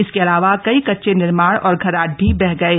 इसके अलावा कई कच्चे निर्माण और घराट भी बह गए हैं